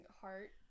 heart